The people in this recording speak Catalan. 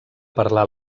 parlar